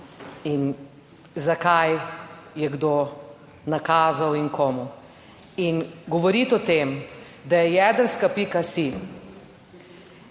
in zakaj je kdo nakazal in komu in govoriti o tem, da je jedrska.si